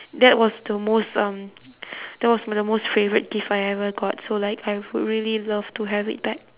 that was the most um that was m~ the most favourite gift I ever got so like I would really love to have it back